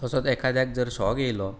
तसोच एखाद्याक जर शॉक येयलो